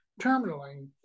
terminaling